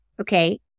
Okay